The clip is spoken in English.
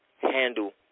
handle